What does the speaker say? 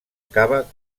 cava